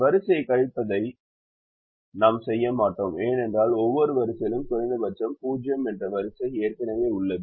வரிசையை கழிப்பதை நாம் செய்ய மாட்டோம் ஏனென்றால் ஒவ்வொரு வரிசையிலும் குறைந்தபட்சம் 0 என்ற வரிசை ஏற்கனவே உள்ளது